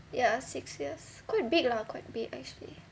ya six years quite big lah quite big actually